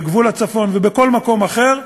בגבול הצפון ובכל מקום אחר,